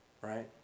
right